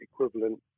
equivalent